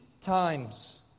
times